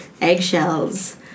eggshells